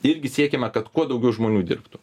irgi siekiame kad kuo daugiau žmonių dirbtų